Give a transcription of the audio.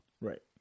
Right